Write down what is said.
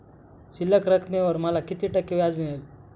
शिल्लक रकमेवर मला किती टक्के व्याज मिळेल?